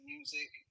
Music